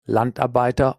landarbeiter